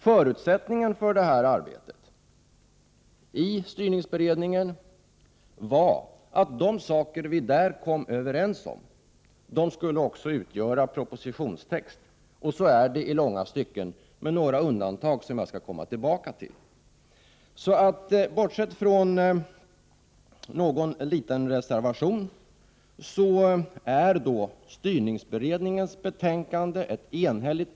Förutsättningen för detta arbete i styrningsberedningen var att de saker vi där kom överens om också skulle utgöra propositionstext, och så är det i långa stycken — med några undantag, som jag skall komma tillbaka till. Bortsett från någon liten reservation är styrningsberedningens betänkande enhälligt.